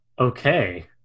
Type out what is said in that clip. Okay